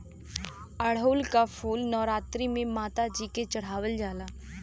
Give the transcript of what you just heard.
अढ़ऊल क फूल नवरात्री में माता जी के चढ़ावल जाला